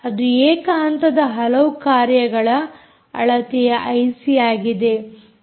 ಅದು ಏಕ ಹಂತದ ಹಲವು ಕಾರ್ಯಗಳ ಅಳತೆಯ ಐಸಿ ಆಗಿದೆ